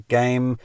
game